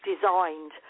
designed